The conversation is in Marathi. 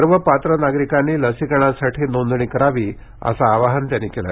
सर्व पात्र नागरिकांनी लसीकरणासाठी नोंदणी करावी असं आवाहनही जावडेकर यांनी केलं